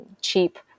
cheap